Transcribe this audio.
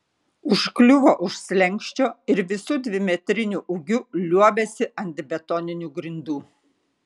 užkliuvo už slenksčio ir visu dvimetriniu ūgiu liuobėsi ant betoninių grindų